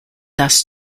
thus